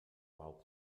while